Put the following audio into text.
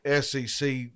SEC